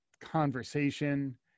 conversation